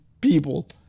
people